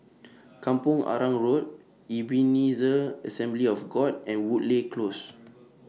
Kampong Arang Road Ebenezer Assembly of God and Woodleigh Close